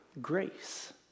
grace